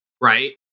right